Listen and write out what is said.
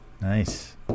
Nice